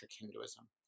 Hinduism